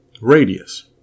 radius